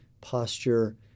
posture